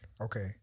okay